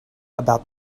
about